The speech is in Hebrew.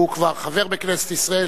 הוא כבר חבר בכנסת ישראל,